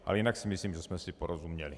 Ale jinak si myslím, že jsme si porozuměli.